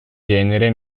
genere